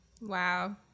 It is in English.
Wow